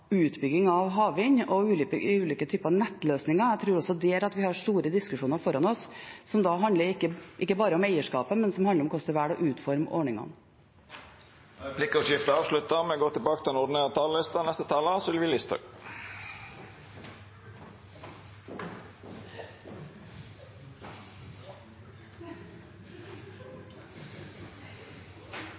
utbygging av havvind og ulike typer nettløsninger. Jeg tror også der at vi har store diskusjoner foran oss som ikke bare handler om eierskapet, men om hvordan man velger å utforme ordningene. Replikkordskiftet er avslutta.